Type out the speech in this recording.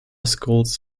schools